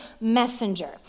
messenger